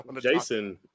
Jason